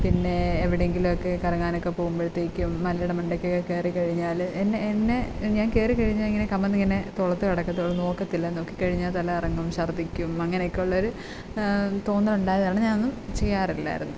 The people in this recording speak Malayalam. പിന്നെ എവിടെയെങ്കിലും ഒക്കെ കറങ്ങാനൊക്കെ പോകുമ്പോഴത്തേക്കും മലയുടെ മണ്ടയ്ക്കൊക്കെ കയറി കഴിഞ്ഞാൽ എന്നെ എന്നെ ഞാൻ കയറി കഴിഞ്ഞാൽ ഇങ്ങനെ കമിഴ്ന്ന് ഇങ്ങനെ തോളത്ത് കിടക്കുള്ളൂ നോക്കില്ല നോക്കി കഴിഞ്ഞാൽ തല കറങ്ങും ഛർദ്ദിക്കും അങ്ങനെ ഒക്കെ ഉള്ളൊരു തോന്നൽ ഉണ്ടായത് കാരണം ഞാൻ ഒന്നും ചെയ്യാറില്ലായിരുന്നു